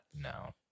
No